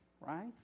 Right